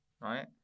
right